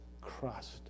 crust